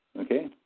okay